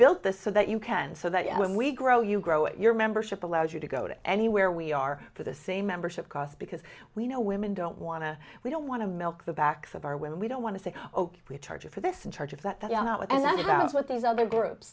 built this so that you can so that when we grow you grow it your membership allows you to go to anywhere we are for the same membership cost because we know women don't want to we don't want to milk the backs of our women we don't want to say ok we charge you for this and charge of that that is what these other groups